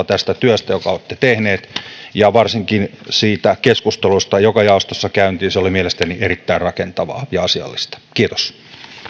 tästä työstä jonka olette tehneet ja varsinkin siitä keskustelusta joka jaostossa käytiin se oli mielestäni erittäin rakentavaa ja asiallista kiitos